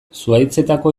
zuhaitzetako